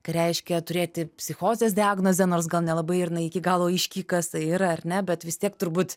ką reiškia turėti psichozės diagnozę nors gal nelabai ir na iki galo aiški kas tai yra ar ne bet vis tiek turbūt